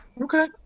Okay